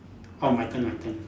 orh my turn my turn